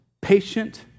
patient